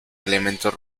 elementos